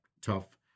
tough